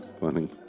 Funny